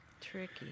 Tricky